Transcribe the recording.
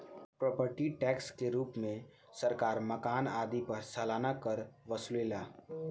property tax के रूप में सरकार मकान आदि पर सालाना कर वसुलेला